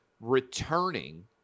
returning